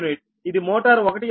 ఇది మోటార్ 1 యొక్క రియాక్టన్స్